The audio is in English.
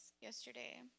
yesterday